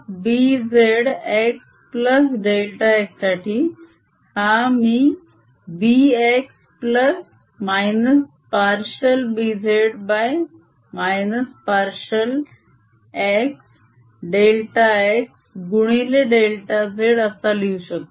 -Bz x delta x साठी हा मी Bx - partial Bz- partial x delta x गुणिले डेल्टा z असा लिहू शकतो